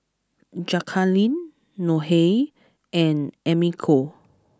Jacalyn Nohely and Americo